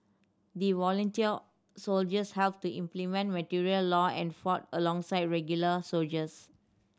the volunteer soldiers helped to implement martial law and fought alongside regular soldiers